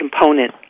component